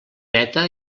neta